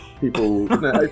people